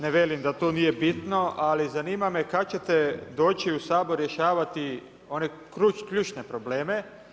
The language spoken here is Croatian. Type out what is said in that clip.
Ne velim da to nije bitno, ali zanima me kad ćete doći u Sabor rješavati one ključne probleme.